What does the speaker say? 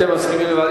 אתם מסכימים לוועדה?